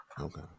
Okay